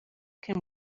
can